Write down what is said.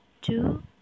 Two